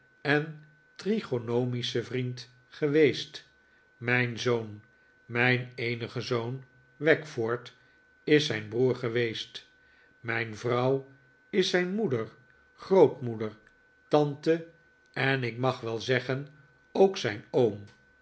en trigonomische vriend geweest mijn zoon mijn eenige zoon wackford is zijn broer geweest mijn vrouw is zijn moeder grootmoeder tante en ik mag wel zeggen ook zijn oom